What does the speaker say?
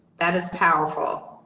that is powerful.